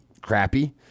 crappy